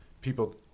people